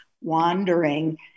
wandering